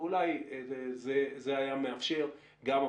ואולי זה היה מאפשר גם,